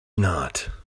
not